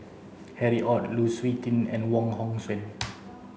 Harry Ord Lu Suitin and Wong Hong Suen